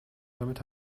damit